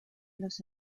los